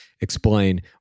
explain